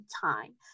time